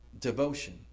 devotion